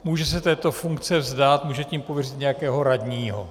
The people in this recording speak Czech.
Může se této funkce vzdát, může tím pověřit nějakého radního.